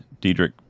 Diedrich